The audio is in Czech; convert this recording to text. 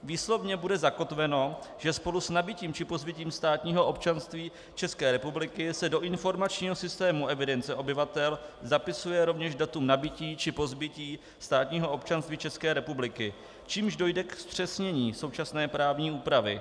Výslovně bude zakotveno, že spolu s nabytím či pozbytím státního občanství České republiky se do informačního systému evidence obyvatel zapisuje rovněž datum nabytí či pozbytí státního občanství České republiky, čímž dojde ke zpřesnění současné právní úpravy.